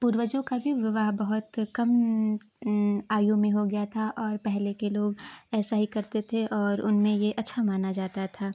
पूर्वजों का भी विवाह बहुत कम आयु में हो गया था और पहले के लोग ऐसा ही करते थे और उनमें ये अच्छा माना जाता था